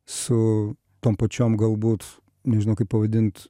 su tom pačiom galbūt nežinau kaip pavadint